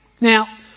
Now